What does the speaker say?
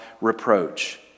reproach